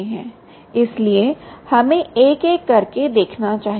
इसलिए हमें एक एक करके देखना चाहिए